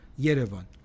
Yerevan